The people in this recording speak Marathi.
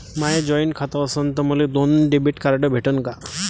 माय जॉईंट खातं असन तर मले दोन डेबिट कार्ड भेटन का?